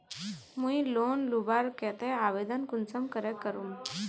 मुई लोन लुबार केते आवेदन कुंसम करे करूम?